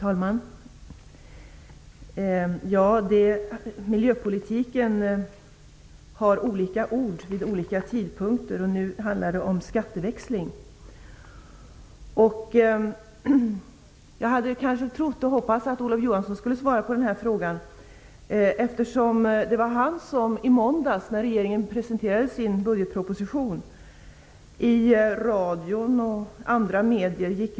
Fru talman! Inom miljöpolitiken används olika ord vid olika tidpunkter, och nu handlar det om skatteväxling. Jag hade hoppats och trott att Olof Johansson skulle besvara denna interpellation, eftersom han i måndags gick ut mycket kraftfullt när regeringen presenterade sin budgetproposition i radion och i andra massmedier.